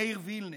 מאיר וילנר,